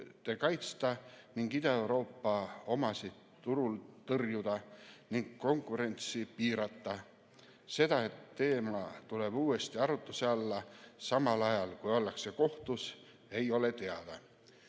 kaitsta ning Ida-Euroopa omasid turult tõrjuda ning konkurentsi piirata. See, et teema tuleb uuesti arutluse alla, samal ajal kui ollakse kohtus, ei ole teada.